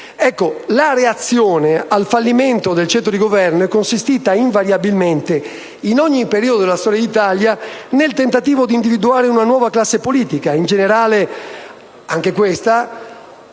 La reazione al fallimento del ceto di governo è consistita invariabilmente, in ogni periodo della storia d'Italia, nel tentativo di individuare una nuova classe politica